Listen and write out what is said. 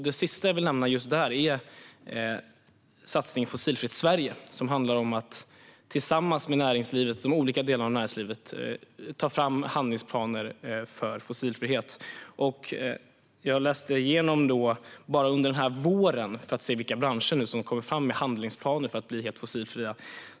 Det sista jag vill nämna där är satsningen Fossilfritt Sverige, som handlar om att tillsammans med de olika delarna av näringslivet ta fram handlingsplaner för fossilfrihet. Jag läste om vilka branscher som bara nu under våren kommit fram med handlingsplaner för att bli helt fossilfria.